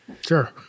Sure